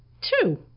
two